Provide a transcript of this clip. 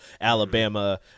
Alabama